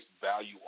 value